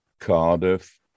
Cardiff